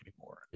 anymore